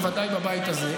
בוודאי בבית הזה,